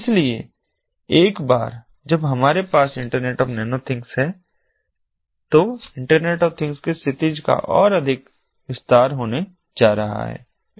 इसलिए एक बार जब हमारे पास इंटरनेट ऑफ नैनो थिंग्स है तो इंटरनेट ऑफ थिंग्स के क्षितिज का और अधिक विस्तार होने जा रहा है